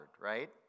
right